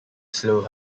slow